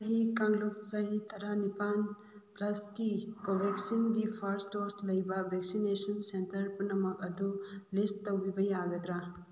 ꯆꯍꯤ ꯀꯥꯡꯂꯨꯞ ꯆꯍꯤ ꯇꯔꯥꯅꯤꯄꯥꯜ ꯄ꯭ꯂꯁꯀꯤ ꯀꯣꯚꯦꯛꯁꯤꯟꯒꯤ ꯐꯥꯔꯁ ꯗꯣꯁ ꯂꯩꯕ ꯚꯦꯛꯁꯤꯟꯅꯦꯁꯟ ꯁꯦꯟꯇꯔ ꯄꯨꯝꯅꯃꯛ ꯑꯗꯨ ꯂꯤꯁ ꯇꯧꯕꯤꯕ ꯌꯥꯒꯗ꯭ꯔꯥ